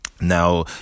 Now